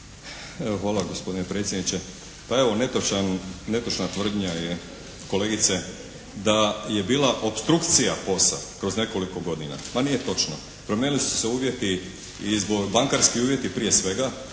hvala gospodine predsjedniče. Pa evo netočan, netočna tvrdnja je kolegice da je bila opstrukcija POS-a kroz nekoliko godina. Ma nije točno. Promijenili su se uvjeti i zbog, bankarski uvjeti prije svega.